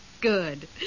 good